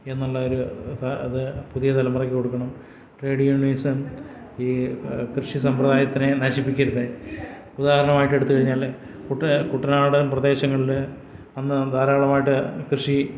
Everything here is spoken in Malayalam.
എന്നുള്ളൊരിത് അത് പുതിയതലമുറയ്ക്ക് കൊടുക്കണം ട്രേഡ് യുണിയനിസം ഈ കൃഷി സമ്പ്രദായത്തിനെ നശിപ്പിക്കരുത് ഉദാഹരണമായിട്ട് എടുത്തുഴിഞ്ഞാൽ കുട്ടനാടൻ പ്രദേശങ്ങളിൽ അന്ന് ധാരാളമായിട്ട് കൃഷി